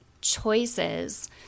choices